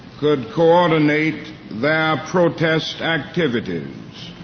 could coordinate their protest activities.